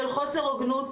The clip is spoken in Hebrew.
של חוסר הוגנות,